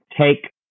take